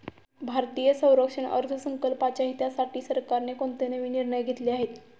भारतीय संरक्षण अर्थसंकल्पाच्या हितासाठी सरकारने कोणते नवीन निर्णय घेतले आहेत?